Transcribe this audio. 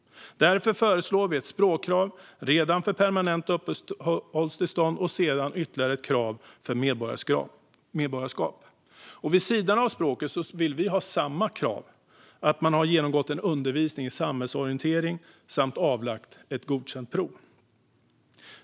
Därför föreslår vi att språkkrav ska finnas redan för permanenta uppehållstillstånd. Sedan ska det vara ytterligare ett krav för medborgarskap. Vid sidan av språket vill vi ha krav på att man har genomgått undervisning i samhällsorientering samt avlagt ett godkänt prov.